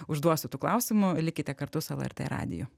užduosiu tų klausimų likite kartu su lrt radiju